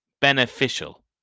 Beneficial